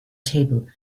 table